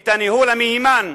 את הניהול המהימן,